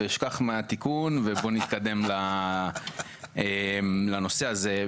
אשכח מהתיקון ובוא נתקדם לנושא הזה.